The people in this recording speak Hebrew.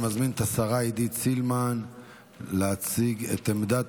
אני מזמין את השרה עידית סילמן להציג את עמדת